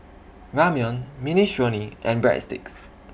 Ramyeon Minestrone and Breadsticks